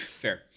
Fair